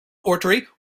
oratory